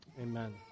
Amen